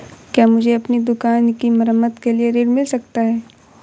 क्या मुझे अपनी दुकान की मरम्मत के लिए ऋण मिल सकता है?